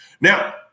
Now